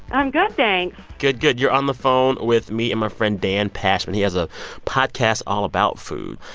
i'm good, thanks good, good. you're on the phone with me and my friend dan pashman. he has a podcast all about food.